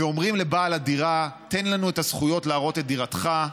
ואומרים לבעל הדירה: תן לנו את הזכויות להראות את דירתך.